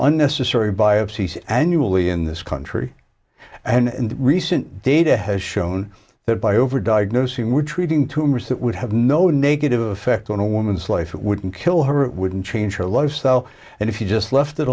unnecessary biopsies annually in this country and in the recent data has shown that by over diagnosing we're treating tumors that would have no negative effect on a woman's life it wouldn't kill her it wouldn't change her lifestyle and if you just left it